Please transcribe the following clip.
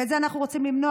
ואת זה אנחנו רוצים למנוע,